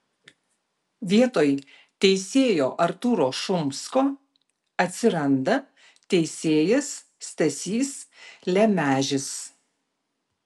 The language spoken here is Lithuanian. vietoj teisėjo artūro šumsko atsiranda teisėjas stasys lemežis